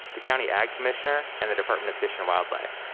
the county ag commissioner and the department of fish and wildlife.